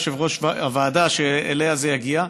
יושב-ראש הוועדה שאליה זה יגיע,